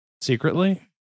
Secretly